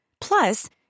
Plus